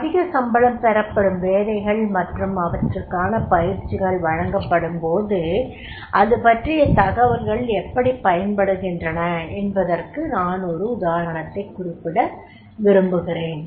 அதிக சம்பளம் பெறப்படும் வேலைகள் மற்றும் அவற்றுக்கான பயிற்சிகள் வழங்கப்படும்போது அதுபற்றிய தகவல்கள் எப்படிப் பயன்படுகின்றன என்பதற்கு நான் ஒரு உதாரணத்தைக் குறிப்பிட விரும்புகிறேன்